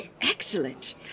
Excellent